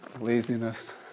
laziness